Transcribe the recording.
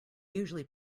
usually